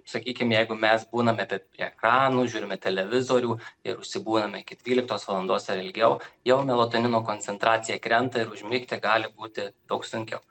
sakykim jeigu mes būname prie ekranų žiūrime televizorių ir užsibūname iki dvyliktos valandos ar ilgiau jau melatonino koncentracija krenta ir užmigti gali būti daug sunkiau